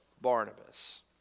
Barnabas